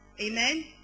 Amen